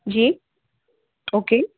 जी okay